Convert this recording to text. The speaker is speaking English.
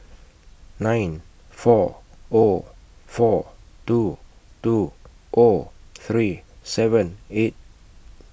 nine four O four two two O three seven eight